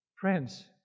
Friends